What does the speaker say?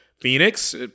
Phoenix